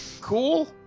cool